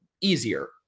easier